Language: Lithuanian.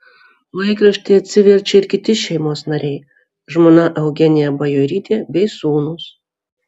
laikraštį atsiverčia ir kiti šeimos nariai žmona eugenija bajorytė bei sūnūs